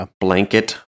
blanket